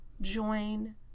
join